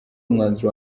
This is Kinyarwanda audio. umwanzuro